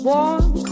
Warm